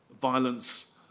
violence